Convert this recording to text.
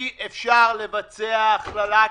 אי-אפשר לבצע הכללה כזאת.